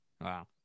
Wow